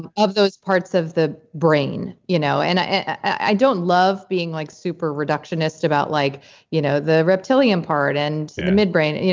and of those parts of the brain. you know and i i don't love like super reductionist about like you know the reptilian part and the midbrain. and